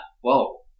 Whoa